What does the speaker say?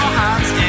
hands